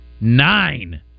nine